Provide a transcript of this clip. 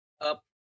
up